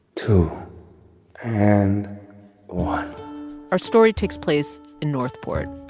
two and one our story takes place in north port,